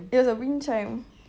it was a wind chime